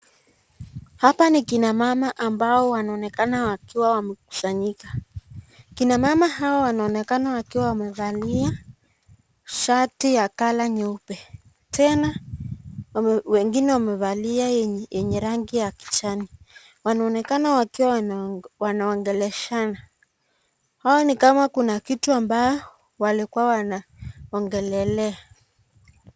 Hapa ni kina mama ambao wanonekana wakiwa wamekusanyika. Kina mama hawa wanaonekana wakiwa wamevalia shati ya kala nyeupe, tena wengine wamevalia enye rangi ya kijani. Wanaonekana wakiwa wanaongeleshana. Hawa ni kama kuna kitu ambao walikuwa wanaongelelea.